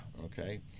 okay